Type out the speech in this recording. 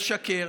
משקר,